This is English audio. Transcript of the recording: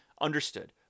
understood